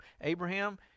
Abraham